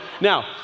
Now